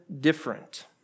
different